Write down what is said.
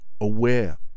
aware